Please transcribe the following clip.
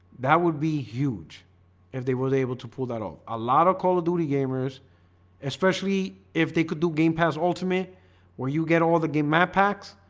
that would be huge if they was able to pull that off a lot of call of duty gamers especially if they could do game path ultimate where you get all the game map packs